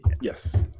yes